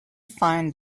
find